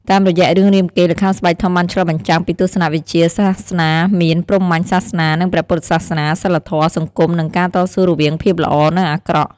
តាមរយៈរឿងរាមកេរ្តិ៍ ល្ខោនស្បែកធំបានឆ្លុះបញ្ចាំងពីទស្សនវិជ្ជាសាសនា មាន ព្រហ្មញ្ញសាសនា និងព្រះពុទ្ធសាសនា សីលធម៌ សង្គម និងការតស៊ូរវាងភាពល្អ និងអាក្រក់។